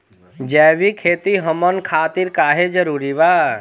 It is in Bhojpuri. जैविक खेती हमन खातिर काहे जरूरी बा?